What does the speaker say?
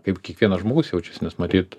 kaip kiekvienas žmogus jaučiasi nes matyt